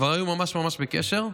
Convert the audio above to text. כבר היו ממש ממש בקשר.